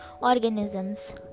organisms